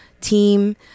team